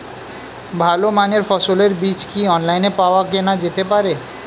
ভালো মানের ফসলের বীজ কি অনলাইনে পাওয়া কেনা যেতে পারে?